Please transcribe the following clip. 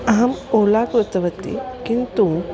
अहम् ओला कृतवती किन्तु